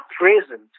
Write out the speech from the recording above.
present